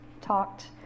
talked